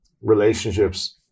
relationships